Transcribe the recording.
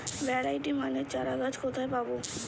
Variety মানের চারাগাছ কোথায় পাবো?